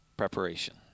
Preparation